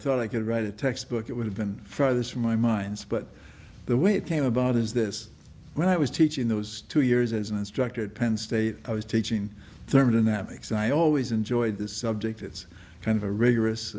thought i could write a textbook it would have been for this for my minds but the way it came about is this when i was teaching those two years as an instructor at penn state i was teaching thermodynamics i always enjoyed this subject it's kind of a rigorous